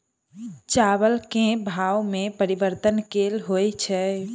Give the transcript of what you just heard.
चावल केँ भाव मे परिवर्तन केल होइ छै?